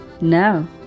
Now